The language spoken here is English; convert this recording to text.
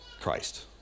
Christ